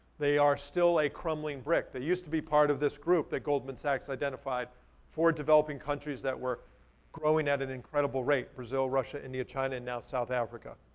they are still a crumbling brick. they used to be part of this group that goldman sachs identified for developing countries that were growing at an incredible rate. brazil, russia, india, china and now south africa.